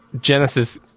Genesis